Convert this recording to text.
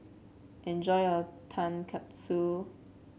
enjoy your Tonkatsu